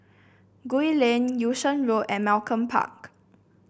Gul Lane Yung Sheng Road and Malcolm Park